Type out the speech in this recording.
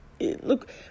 look